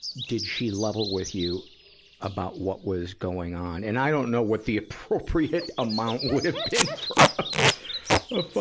did she level with you about what was going on and i don't know what the appropriate amount would have been for a,